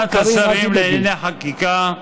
ועדת השרים לענייני חקיקה,